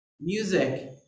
Music